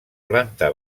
planta